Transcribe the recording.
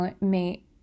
Mate